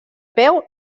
peu